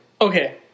Okay